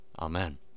Amen